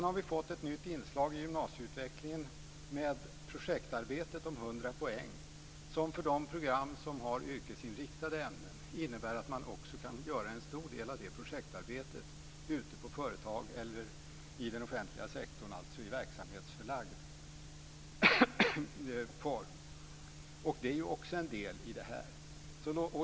Vi har fått ett nytt inslag i gymnasieutvecklingen med projektarbetet om 100 poäng, som för de program som har yrkesinriktade ämnen innebär att man också kan göra en stor del av det projektarbetet ute på företag eller i den offentliga sektorn, alltså i verksamhetsförlagd form. Det är också en del i det här.